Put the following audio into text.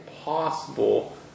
possible